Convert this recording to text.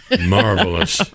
Marvelous